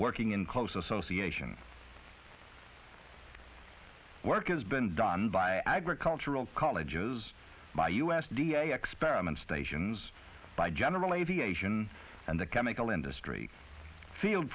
working in close association work has been done by agricultural colleges by u s d a experiment stations by general aviation and the chemical industry field